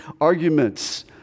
arguments